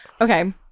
Okay